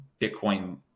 Bitcoin